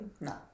No